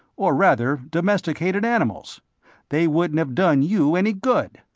or rather domesticated animals they wouldn't have done you any good.